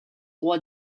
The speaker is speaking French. roi